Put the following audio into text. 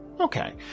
Okay